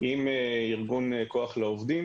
עם ארגון כוח לעובדים.